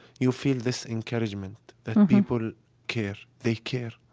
you feel this encouragement that people care. they care.